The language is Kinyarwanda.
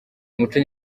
umuco